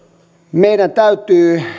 meidän täytyy